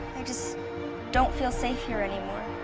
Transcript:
i just don't feel safe here anymore.